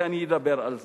ואני אדבר על זה.